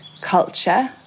culture